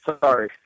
Sorry